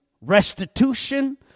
restitution